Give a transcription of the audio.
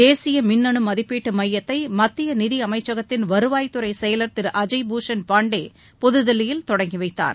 தேசிய மின்னனு மதிப்பீட்டு நிதியமைச்சகத்தின் வருவாய் துறை செயவர் திரு அஜய் பூஷண் பாண்டே புதில்லியில் தொடங்கி வைத்தார்